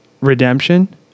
Redemption